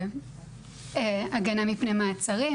להגנה מפני מעצרים,